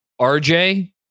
RJ